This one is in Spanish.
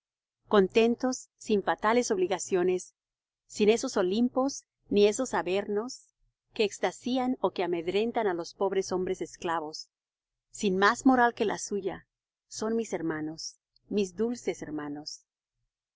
contentos sin fatales obligaciones sin esos olimpos ni esos avernos que extasían ó que amedrentan á los pobres hombres esclavos sin más moral que la suya son mis hermanos mis dulces hermanos